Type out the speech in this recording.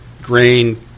grain